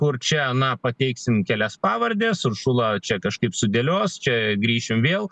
kur čia na pateiksim kelias pavardes uršula čia kažkaip sudėlios čia grįšim vėl